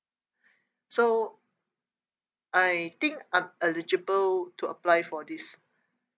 so I think I'm eligible to apply for this